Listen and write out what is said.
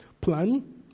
plan